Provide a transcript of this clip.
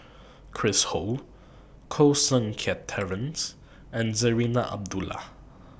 Chris Ho Koh Seng Kiat Terence and Zarinah Abdullah